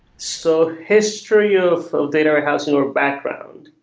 so history of data warehousing or background.